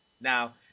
Now